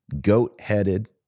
goat-headed